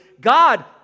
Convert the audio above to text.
God